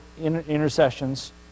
intercessions